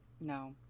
No